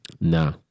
Nah